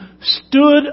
stood